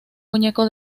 muñeco